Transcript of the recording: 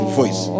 voice